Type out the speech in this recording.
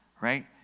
Right